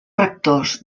rectors